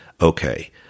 Okay